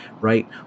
right